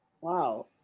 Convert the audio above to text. Wow